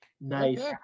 Nice